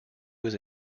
was